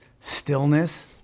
stillness